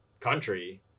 country